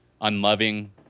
unloving